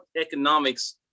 economics